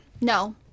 no